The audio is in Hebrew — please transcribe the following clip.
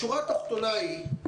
השורה התחתונה היא,